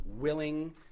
willing